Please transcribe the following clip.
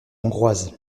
hongroise